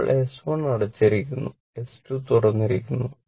ഇപ്പോൾ S1 അടച്ചിരിക്കുന്നു s2 തുറന്നിരിക്കുന്നു